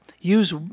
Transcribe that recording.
use